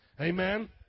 Amen